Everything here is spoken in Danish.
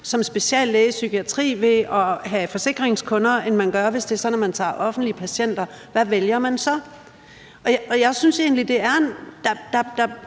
som speciallæge i psykiatri ved at have forsikringskunder, end man gør, hvis man tager offentlige patienter, hvad vælger man så? Der opstår nogle